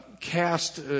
cast